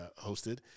hosted